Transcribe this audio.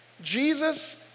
Jesus